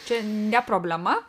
čia ne problema